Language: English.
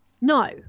No